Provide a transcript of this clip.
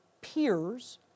peers